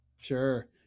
Sure